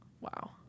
wow